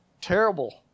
terrible